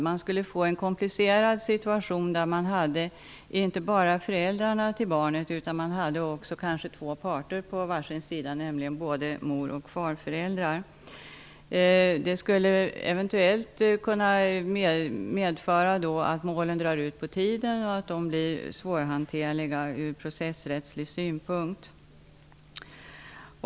Man skulle få en komplicerad situation med inte bara föräldrarna till barnet på var sida utan kanske två ytterligare parter, nämligen både mor och farföräldrar. Det skulle eventuellt kunna medföra att målen drar ut på tiden och blir svårhanterliga från processrättslig synpunkt.